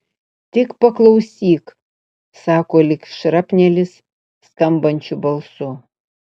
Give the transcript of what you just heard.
tik paklausyk sako lyg šrapnelis skambančiu balsu